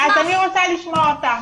אז אני רוצה לשמוע אותך.